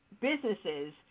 businesses